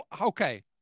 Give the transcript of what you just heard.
Okay